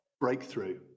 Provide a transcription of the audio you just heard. breakthrough